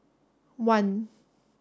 one